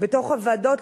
בתוך הוועדות.